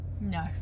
No